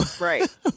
right